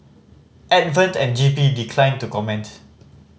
advent and G P declined to comment